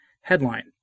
Headline